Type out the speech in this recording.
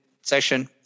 session